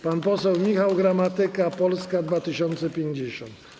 Pan poseł Michał Gramatyka, Polska 2050.